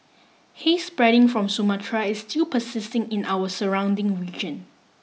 haze spreading from Sumatra is still persisting in our surrounding region